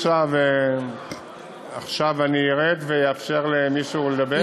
עכשיו ארד ואאפשר למישהו לדבר?